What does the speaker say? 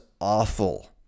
awful